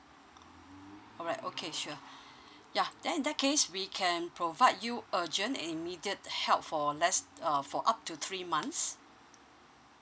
all right okay sure yeah then in that case we can provide you urgent and immediate help for less uh for up to three months